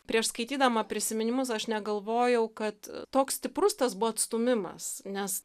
prieš skaitydama prisiminimus aš negalvojau kad toks stiprus tas buvo atstūmimas nes